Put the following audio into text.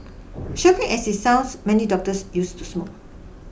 shocking as it sounds many doctors used to smoke